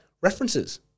references